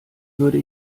würde